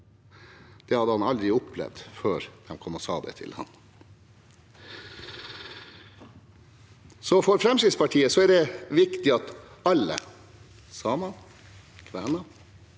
Det hadde han aldri opplevd før de kom og sa det til ham. For Fremskrittspartiet er det viktig at alle – samer, kvener